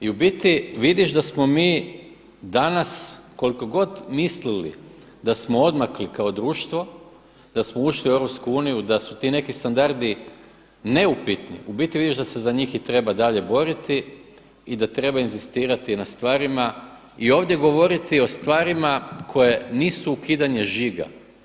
I u biti vidiš da smo mi danas koliko god mislili da smo odmakli kao društvo, da smo ušli u Europsku uniju, da su ti neki standardi neupitni, u biti vidiš da se za njih i treba dalje boriti i da treba inzistirati na stvarima i ovdje govoriti o stvarima koje nisu ukidanje žiga.